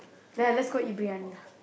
ya let's go eat briyani lah